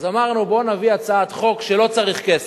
אז אמרנו: בואו נביא הצעת חוק שלא צריך כסף.